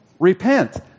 Repent